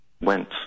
went